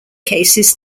cases